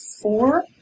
four